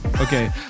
Okay